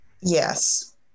Yes